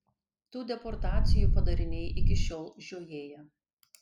tų deportacijų padariniai iki šiol žiojėja